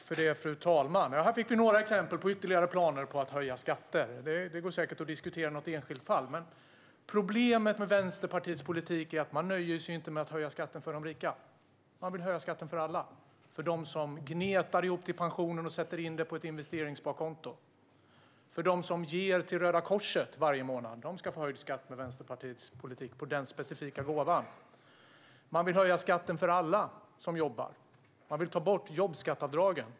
Fru talman! Här fick vi några exempel på ytterligare planer på att höja skatter. Det går säkert att diskutera något enskilt fall, men problemet med Vänsterpartiets politik är att man inte nöjer sig med att höja skatten för de rika - man vill höja skatten för alla. Man vill höja skatten för den som gnetar ihop till pensionen och sätter in pengarna på ett investeringssparkonto. Den som ger till Röda Korset varje månad ska med Vänsterpartiets politik få höjd skatt på den specifika gåvan. Man vill höja skatten för alla som jobbar. Man vill ta bort jobbskatteavdragen.